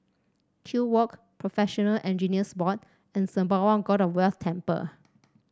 Kew Walk Professional Engineers Board and Sembawang God of Wealth Temple